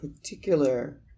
particular